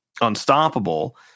unstoppable